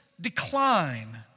decline